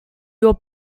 your